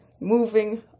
moving